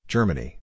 Germany